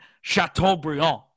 Chateaubriand